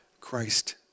Christ